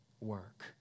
work